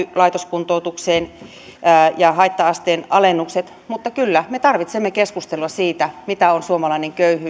lisätty laitoskuntoutukseen ja haitta asteen alennukset mutta kyllä me tarvitsemme keskustelua siitä mitä on suomalainen köyhyys